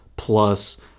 plus